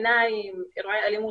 יש מקומות עם קצת עלייה.